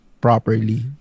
properly